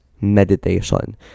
meditation